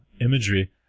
imagery